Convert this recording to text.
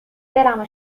دلمو